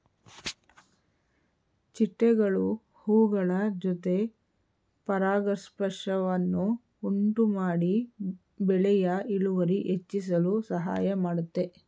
ಚಿಟ್ಟೆಗಳು ಹೂಗಳ ಜೊತೆ ಪರಾಗಸ್ಪರ್ಶವನ್ನು ಉಂಟುಮಾಡಿ ಬೆಳೆಯ ಇಳುವರಿ ಹೆಚ್ಚಿಸಲು ಸಹಾಯ ಮಾಡುತ್ತೆ